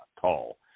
tall